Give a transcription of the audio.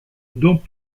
dont